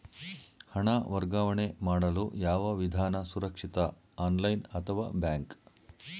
ಹಣ ವರ್ಗಾವಣೆ ಮಾಡಲು ಯಾವ ವಿಧಾನ ಸುರಕ್ಷಿತ ಆನ್ಲೈನ್ ಅಥವಾ ಬ್ಯಾಂಕ್?